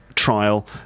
trial